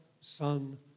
Son